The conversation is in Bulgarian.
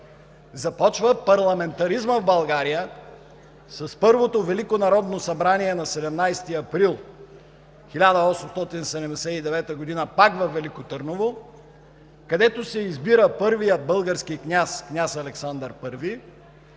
започва парламентаризмът в България с Първото велико народно събрание на 17 април 1879 г., пак във Велико Търново, където се избира първият български княз – княз Александър I,